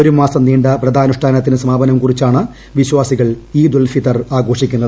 ഒരു മാസം നീ വ്രതാനുഷ്ഠാനത്തിന് സമാപനം കുറിച്ചാണ് വിശ്വാസികൾ ഈദുൽ ഫിത്ർ ആഘോഷിക്കുന്നത്